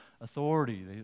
authority